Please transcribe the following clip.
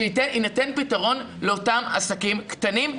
שיינתן פתרון לאותם עסקים קטנים,